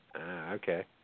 okay